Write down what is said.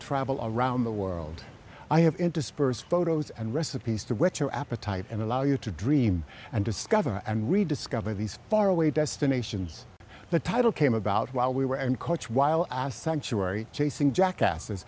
all around the world i have interspersed photos and recipes to whet your appetite and allow you to dream and discover and rediscover these faraway destinations the title came about while we were and coach while sanctuary chasing jackasses and